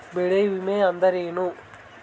ಬೆಳೆ ವಿಮೆ ಅಂದರೇನು?